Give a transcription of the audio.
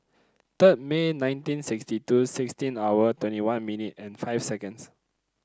third May nineteen sixty two sixteen hour twenty one minute and five seconds